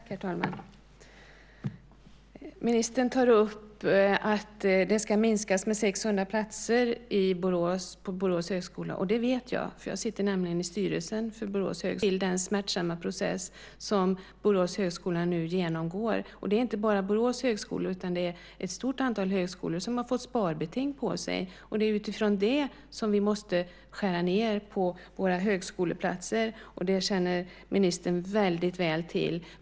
Herr talman! Ministern tar upp att antalet platser på Borås högskola ska minskas med 600. Det vet jag, för jag sitter nämligen i styrelsen för Borås högskola. Jag känner väl till den smärtsamma process som Borås högskola nu genomgår. Och det är inte bara Borås högskola, utan det är ett stort antal högskolor som har fått sparbeting. Det är utifrån det som vi måste skära ned på våra högskoleplatser. Det känner ministern väldigt väl till.